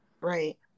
Right